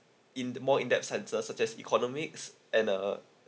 in more in depth sensor suggest economics and uh